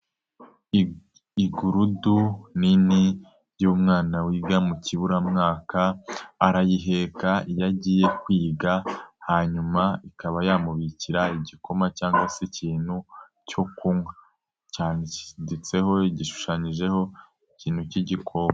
Igurudu nini y'umwana wiga mu kiburamwaka, arayiheka iyo agiye kwiga, hanyuma ikaba yamubikira igikoma cyangwa se ikintu cyo kunywa, cyanditseho, gishushanyijeho ikintu cy'igikoko.